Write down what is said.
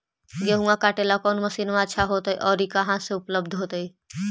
गेहुआ काटेला कौन मशीनमा अच्छा होतई और ई कहा से उपल्ब्ध होतई?